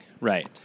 right